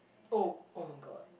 oh [oh]-my-god